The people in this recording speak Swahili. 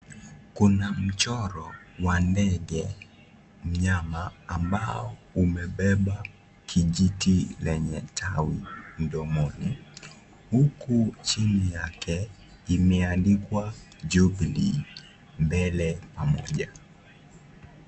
Kuna mchoro wa ndege mnyama ambaye amebeba kijiti lenye tawi, mdomoni, huku chini yake, imeandikwa, Jubilee, mbele pamoja.